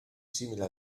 simile